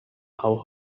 auch